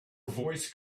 voice